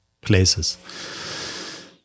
Places